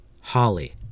Holly